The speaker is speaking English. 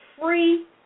free